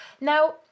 now